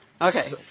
Okay